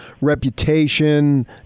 reputation